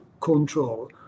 control